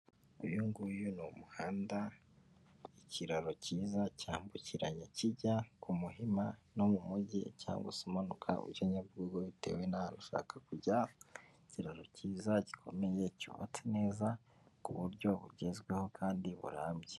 Uyu nguyu ni umuhanda, ikiraro cyiza cyambukiranya kijya ku Muhima no mu mujyi, cyangwa se umanuka ujya Nyabugogo bitewe n'ahantu ushaka kujya, ikiraro cyiza, gikomeye, cyubatse neza, ku buryo bugezweho, kandi burambye